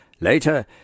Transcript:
Later